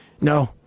No